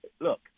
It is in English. Look